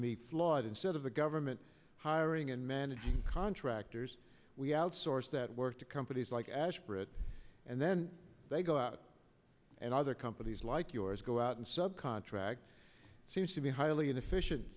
me flawed instead of the government hiring and managing contractors we outsource that work to companies like ash britt and then they go out and other companies like yours go out and sub contract seems to be highly inefficient